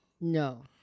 No